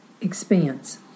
expense